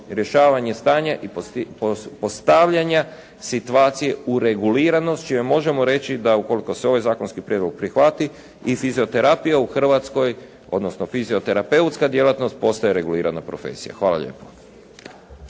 rješavanje stanja i postavljanja situacije u reguliranost čime možemo reći da ukoliko se ovaj zakonski prijedlog prihvati i fizioterapija u Hrvatskoj odnosno fizioterapeutska djelatnost postaje regulirana profesija. Hvala lijepa.